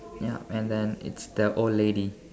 ya and then it's the old lady